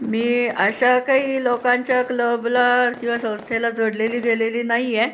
मी अशा काही लोकांच्या क्लबला किंवा संस्थेला जोडलेली गेलेली नाही आहे